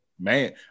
Man